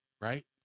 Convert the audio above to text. right